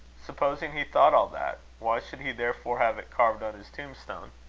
supposing he thought all that, why should he therefore have it carved on his tombstone?